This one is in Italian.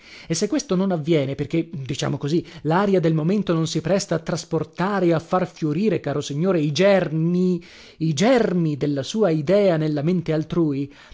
e se questo non avviene perché diciamo così laria del momento non si presta a trasportare e a far fiorire caro signore i germi i germi della sua idea nella mente altrui